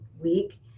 week